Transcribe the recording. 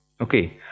Okay